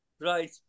Right